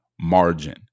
margin